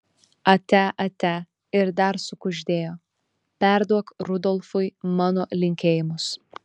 atia atia ir dar sukuždėjo perduok rudolfui mano linkėjimus